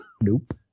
Nope